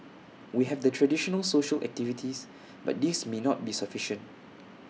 we have the traditional social activities but these may not be sufficient